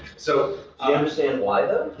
so ah understand why though?